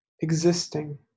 existing